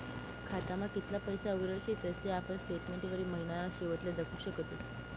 खातामा कितला पैसा उरेल शेतस ते आपुन स्टेटमेंटवरी महिनाना शेवटले दखु शकतस